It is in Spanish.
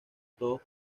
todos